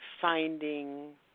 finding